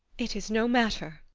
it is no matter.